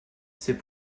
c’est